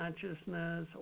consciousness